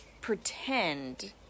pretend